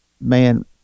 man